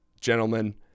Gentlemen